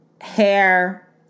hair